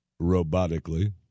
robotically